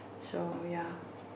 so ya